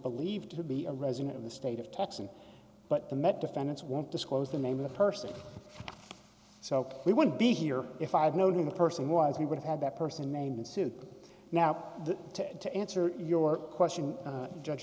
believed to be a resident of the state of texas but the met defendants won't disclose the name of the person so we wouldn't be here if i had known the person was we would have had that person named soup now to answer your question judge